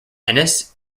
ennis